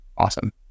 Awesome